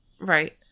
right